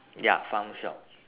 ya farm shop